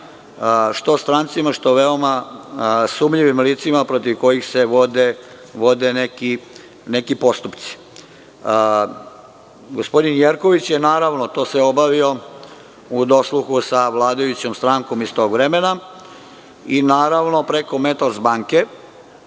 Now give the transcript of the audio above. što strancima, što veoma sumnjivim licima protiv kojih se vode neki postupci. Gospodin Jerković je naravno to sve obavio u dosluhu sa vladajućom strankom iz tog vremena i preko „Metals banke“